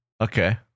Okay